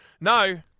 No